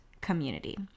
community